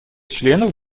членов